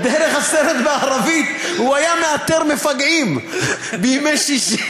דרך הסרט בערבית הוא היה מאתר מפגעים בימי שישי,